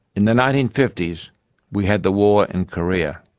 in the nineteen fifty s we had the war in korea.